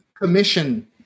commission